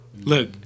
Look